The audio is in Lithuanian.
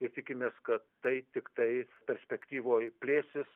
ir tikimės kad tai tiktai perspektyvoj plėsis